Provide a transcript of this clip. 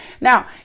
Now